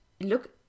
look